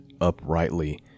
uprightly